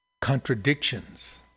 Contradictions